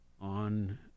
on